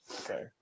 Okay